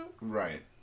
Right